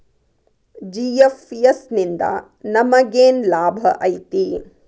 GFS ನಿಂದಾ ನಮೆಗೆನ್ ಲಾಭ ಐತಿ?